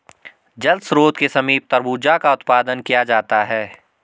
जल स्रोत के समीप तरबूजा का उत्पादन किया जाता है